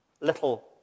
little